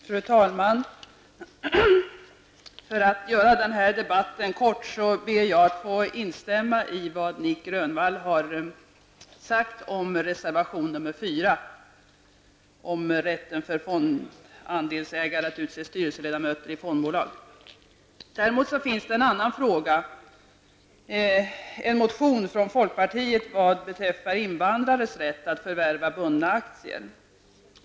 Fru talman! För att göra debatten kort ber jag att få instämma i vad Nic Grönvall sagt om reservation nr 4, om rätten för fondandelsägare att utse styrelseledamöter i fondbolag. Däremot finns i en annan fråga en motion från folkpartiet vad beträffar invandrares rätt att förvärva bundna aktier.